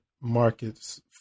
markets